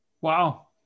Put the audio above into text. Wow